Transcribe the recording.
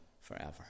forever